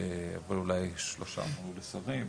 אולי שלושה מונו לשרים,